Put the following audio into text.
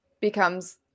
becomes